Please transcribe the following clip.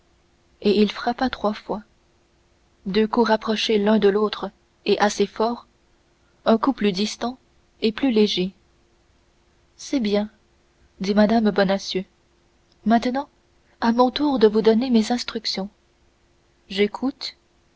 et il frappa trois fois deux coups rapprochés l'un de l'autre et assez forts un coup plus distant et plus léger c'est bien dit mme bonacieux maintenant à mon tour de vous donner mes instructions j'écoute